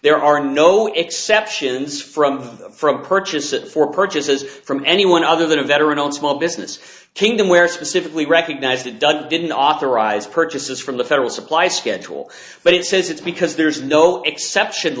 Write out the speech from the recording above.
there are no exceptions from from purchases for purchases from anyone other than a veteran on small business kingdom where specifically recognize that doug didn't authorize purchases from the federal supply schedule but it says it's because there's no exception